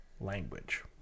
language